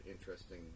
interesting